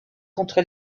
contre